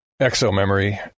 Exo-memory